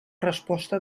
resposta